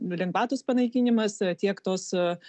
lengvatos panaikinimas tiek tos